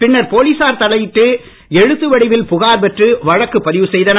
பின்னர் போலீசார் தலையிட்டு எழுத்து வடிவில் புகார் பெற்று வழக்கு பதிவு செய்தனர்